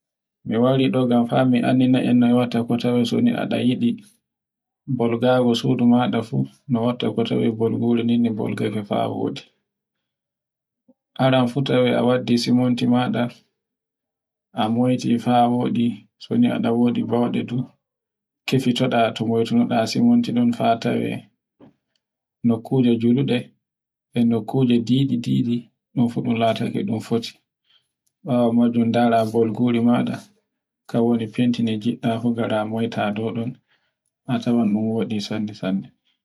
mi wari ɗo ngam fa mi andina noy tokkata soni a ɗa yiɗi. Bolgawo sudu maɗa fu, no watta ko tawe bulhuri nonno ko tawe faa goti. Aran futa a waddi suminti maɗa a moyti faɗa woɗi so ni ada wodi bawɗe nden, kifito da to baytonoda sumintiɗn faa toye nokkuje juɗe, e nokkuje tiditidi ɗun fu ɗun lataake ɗun foti. bawo majun ndara bargore maɗa kaure fenti nde ngiɗɗa fu moyta dow don. a awai ɗun woɗi sanne sanne.